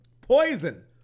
Poison